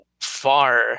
far